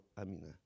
Amina